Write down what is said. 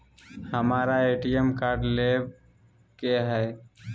हमारा ATM card लेव के हई